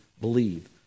believe